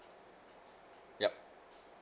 yup